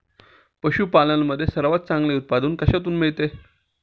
पशूपालन मध्ये सर्वात चांगले उत्पादन कशातून मिळते?